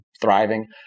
thriving